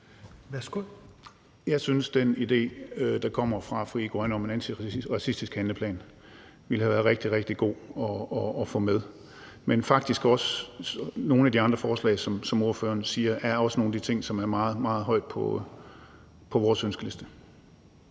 Jeg synes, at den idé, der kommer fra Frie Grønne om en antiracistisk handleplan, ville have været rigtig, rigtig god at have fået med, men faktisk er nogle af de andre forslag, som spørgeren kommer med, også nogle af de ting, som står meget, meget højt på vores ønskeliste.